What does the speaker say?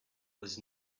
was